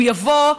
הוא יבוא,